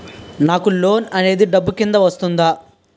నాకు లోన్ అనేది డబ్బు కిందా వస్తుందా?